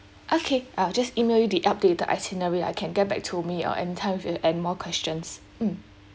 okay I'll just email you the updated itinerary ah can get back to me uh anytime with any more questions mm